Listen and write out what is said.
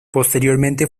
posteriormente